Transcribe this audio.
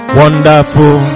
wonderful